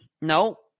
No